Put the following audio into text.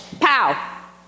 pow